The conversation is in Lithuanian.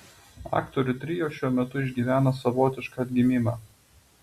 aktorių trio šiuo metu išgyvena savotišką atgimimą